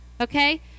okay